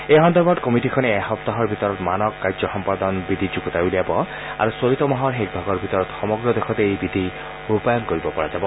এই সন্দৰ্ভত কমিটিখনে এসপ্তাহৰ ভিতৰত মানক কাৰ্য সম্পাদন বিধি যুগুতাই উলিয়াব আৰু চলিত মাহৰ শেষ ভাগৰ ভিতৰত সমগ্ৰ দেশতে এই বিধি ৰূপায়ণ কৰিব পৰা যাব